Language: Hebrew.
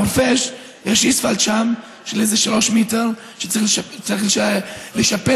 ובכביש חורפיש יש אספלט של איזה שלושה מטר שצריך לשפץ.